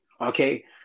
Okay